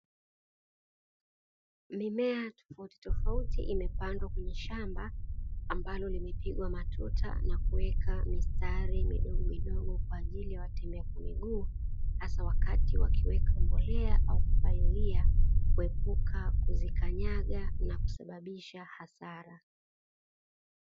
Mimea tofauti tofauti imepandwa kwenye shamba, ambalo limepigwa matuta na kuwekwa mistari midogo midogo kwa ajili ya watembea kwa miguu . Hasa wakati wa kuweka mbolea au kupalilia kuepuka kuzikanyaga na kusababisha hasara.